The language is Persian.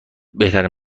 بهترین